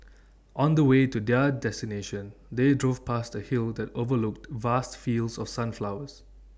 on the way to their destination they drove past A hill that overlooked vast fields of sunflowers